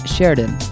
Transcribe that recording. Sheridan